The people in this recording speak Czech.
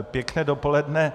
Pěkné dopoledne.